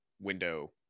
window